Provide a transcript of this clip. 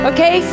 Okay